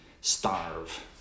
Starve